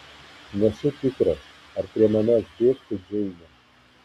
nesu tikras ar prie manęs bėgtų džeinė